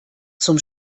zum